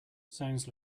sounds